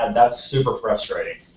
and that's super frustrating.